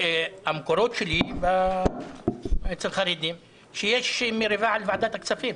המקורות שלי אצל חרדים, שיש מריבה על ועדת הכספים.